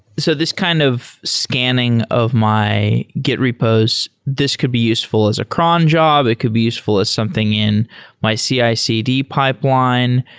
so this kind of scanning of my git repos, this could be useful as a cron job. it could be useful as something in my ah cicd pipeline.